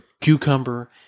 cucumber